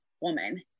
woman